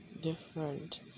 different